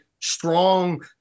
strong